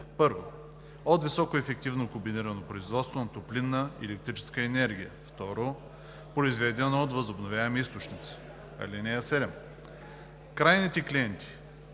1. от високоефективно комбинирано производство на топлинна и електрическа енергия; 2. произведена от възобновяеми източници. (7) Крайните клиенти